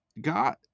God